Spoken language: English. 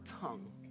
tongue